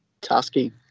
Tusky